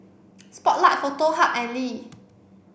spotlight Foto Hub and Lee